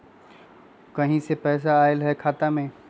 कहीं से पैसा आएल हैं खाता में?